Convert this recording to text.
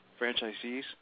franchisees